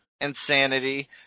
insanity